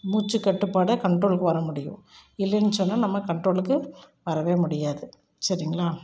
மூச்சுக்கட்டுப்பாட கண்ட்ரோல்க்கு வர முடியும் இல்லைனு சொன்னால் நம்ம கண்ட்ரோலுக்கு வரவே முடியாது சரிங்களா